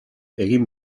egin